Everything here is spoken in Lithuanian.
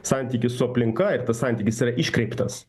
santykis su aplinka ir tas santykis yra iškreiptas